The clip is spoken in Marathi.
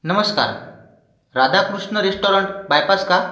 नमस्कार राधाकृष्ण रेस्टोरंट बायपास का